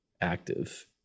active